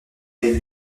est